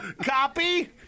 Copy